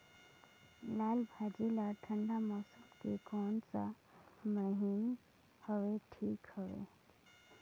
लालभाजी ला ठंडा मौसम के कोन सा महीन हवे ठीक हवे?